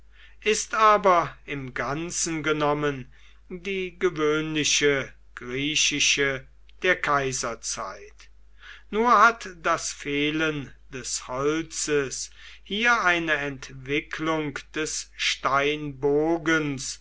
ist aber im ganzen genommen die gewöhnliche griechische der kaiserzeit nur hat das fehlen des holzes hier eine entwicklung des